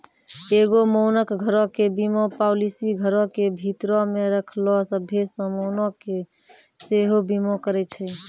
एगो मानक घरो के बीमा पालिसी घरो के भीतरो मे रखलो सभ्भे समानो के सेहो बीमा करै छै